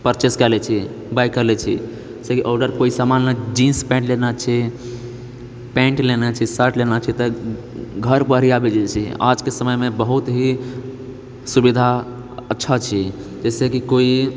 purchase कए लए छियै बाय कए लए छियै जैसेकि ऑर्डर कोइ समान जींस पैंट लेना छै पैंट लेना छै शर्ट लेना छै तऽ घर पर ही आबै छै आजके समयमे बहुत ही सुविधा अच्छा छै जैसे कि कोइ